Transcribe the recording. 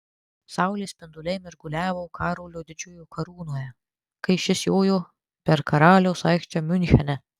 saulės spinduliai mirguliavo karolio didžiojo karūnoje kai šis jojo per karaliaus aikštę miunchene